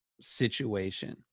situation